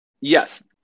yes